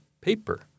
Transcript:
paper